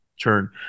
turn